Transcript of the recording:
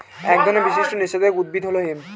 এক ধরনের বিশিষ্ট নেশাদায়ক উদ্ভিদ হল হেম্প